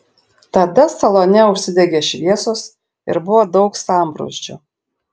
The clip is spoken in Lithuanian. tada salone užsidegė šviesos ir buvo daug sambrūzdžio